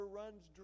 runs